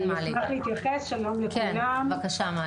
שלום לכולם.